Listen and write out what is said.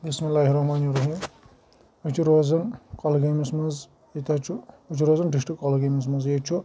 بِسمِ اللہِ الرحمٰنِ الرحیٖم أسۍ چھِ روزان کۄلگٲمِس منٛز ییٚتہِ حظ چھُ أسۍ چھِ روزان ڈِسٹِرٛک کۄلگٲمِس منٛز ییٚتہِ چھُ